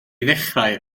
ddechrau